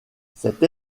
cette